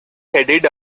headed